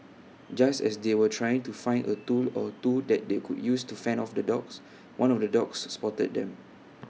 just as they were trying to find A tool or two that they could use to fend off the dogs one of the dogs spotted them